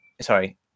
Sorry